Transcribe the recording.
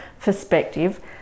perspective